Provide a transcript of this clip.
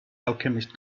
alchemist